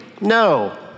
No